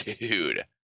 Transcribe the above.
Dude